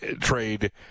trade